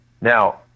Now